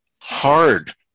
hard